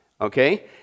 okay